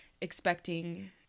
expecting